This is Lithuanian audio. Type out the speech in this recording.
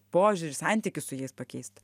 požiūrį santykius su jais pakeist